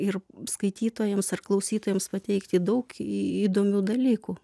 ir skaitytojams ar klausytojams pateikti daug įdomių dalykų